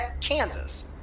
Kansas